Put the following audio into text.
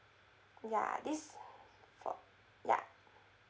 ya this for ya